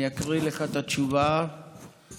אני אקרא לך את התשובה הרשמית,